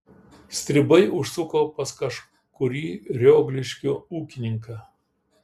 stribai užsuko pas kažkurį riogliškių ūkininką